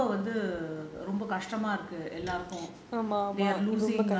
ரொம்ப வந்து ரொம்ப கஷ்டமா இருக்கு:romba vanthu romba kashtamaa iruku